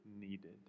needed